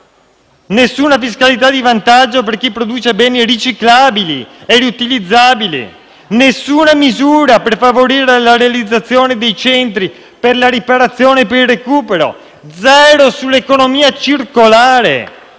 Nessuna fiscalità di vantaggio per chi produce beni riciclabili e riutilizzabili; nessuna misura per favorire la realizzazione dei centri per la riparazione e per il recupero; zero sull'economia circolare.